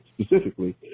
Specifically